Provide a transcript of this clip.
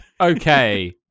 okay